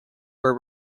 were